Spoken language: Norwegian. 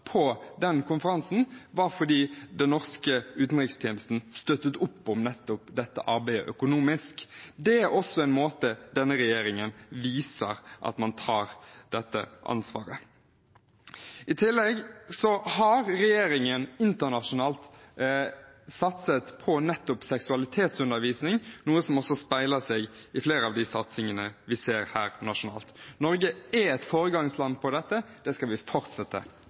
på den konferansen, var at den norske utenrikstjenesten støttet opp om nettopp dette arbeidet økonomisk. Det er også en måte denne regjeringen viser at man tar dette ansvaret på. I tillegg har regjeringen internasjonalt satset på nettopp seksualitetsundervisning, noe som også speiler seg i flere av de satsingene vi ser nasjonalt. Norge er et foregangsland på dette, og det skal vi fortsette